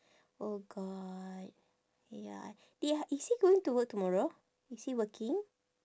oh god ya I i~ is he going to work tomorrow is he working